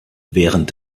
während